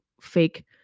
fake